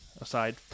aside